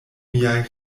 miaj